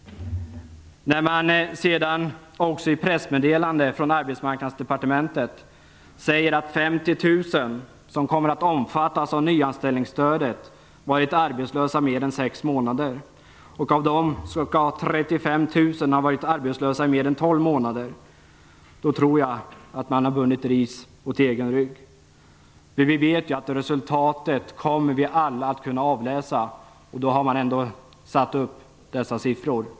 I ett pressmeddelande från Arbetsmarknadsdepartementet sägs att 50 000 personer som kommer att omfattas av nyanställningsstödet har varit arbetslösa i mer än sex månader, och av dem skall 35 000 ha varit arbetslösa i mer än tolv månader. Jag tror att man i och med detta har bundit ris åt egen rygg. Vi vet ju att vi alla kommer att kunna avläsa resultatet och att det kommer att kunna jämföras med dessa siffror.